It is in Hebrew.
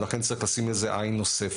לכן, צריך לשים על זה עין נוספת.